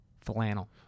flannel